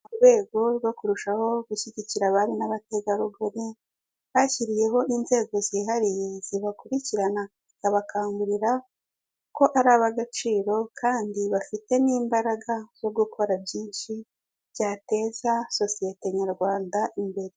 Mu rwego rwo kurushaho gushyigikira abari n'abategarugori, bashyiriyeho inzego zihariye zibakurikirana, zikabakangurira ko ari ab'agaciro, kandi bafite n'imbaraga zo gukora byinshi byateza sosiyete nyarwanda imbere.